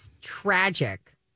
tragic